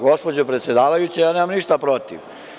Gospođo predsedavajuća, ja nemam ništa protiv.